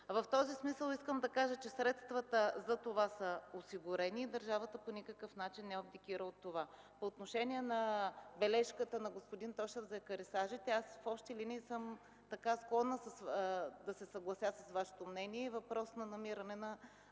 В този смисъл искам да кажа, че средствата за това са осигурени и държавата по никакъв начин не абдикира от това. По отношение на бележката на господин Тошев за екарисажите. В общи линии съм склонна да се съглася с Вашето мнение. Това е въпрос на намиране на